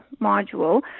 module